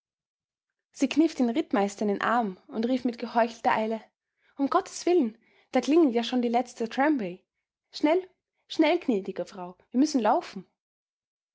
sie kniff den rittmeister in den arm und rief mit geheuchelter eile um gotteswillen da klingelt ja schon die letzte tramway schnell schnell gnädige frau wir müssen laufen